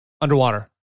underwater